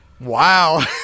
wow